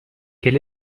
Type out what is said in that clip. quel